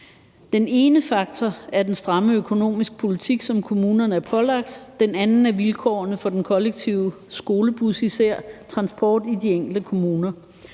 Den ene faktor er den stramme økonomiske politik, som kommunerne er pålagt; den anden er vilkårene for især den kollektive skolebustransport i de enkelte kommuner.